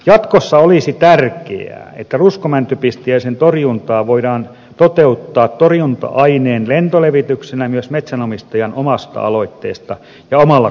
jatkossa olisi tärkeää että ruskomäntypistiäisen torjuntaa voidaan toteuttaa torjunta aineen lentolevityksenä myös metsänomistajan omasta aloitteesta ja omalla kustannuksella